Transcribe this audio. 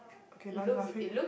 okay not laughing